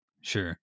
Sure